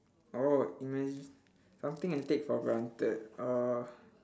orh imagine something I take for granted uh